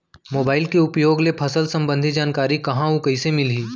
Mobile के उपयोग ले फसल सम्बन्धी जानकारी कहाँ अऊ कइसे मिलही?